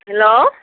hello